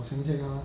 我想一下啊